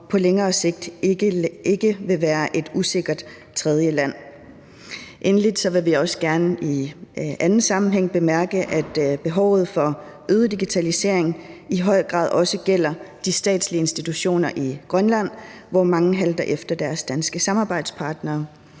på længere sigt ikke vil være et usikkert tredjeland. Endelig vil vi også gerne i anden sammenhæng bemærke, at behovet for øget digitalisering i høj grad også gælder de statslige institutioner i Grønland, hvor mange halter efter deres danske samarbejdspartnere.